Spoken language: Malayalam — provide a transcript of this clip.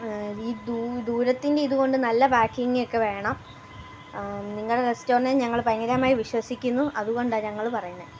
ഈ ദൂരത്തിൻ്റെ ഇത് കൊണ്ട് നല്ല പാക്കിങ്ങ് ഒക്കെ വേണം നിങ്ങടെ റസ്റ്റോറൻ്റിനെ ഞങ്ങൾ ഭയങ്കരമായി വിശ്വസിക്കുന്നു അതുകൊണ്ടാണ് ഞങ്ങൾ പറയുന്നത്